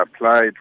applied